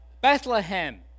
Bethlehem